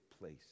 place